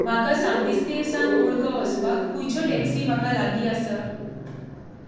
म्हाका सांतिस्तेव सावन ओल्ड गोवा वचपाक खंयच्यो टॅक्सी म्हाका लागीं आसा